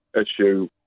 issue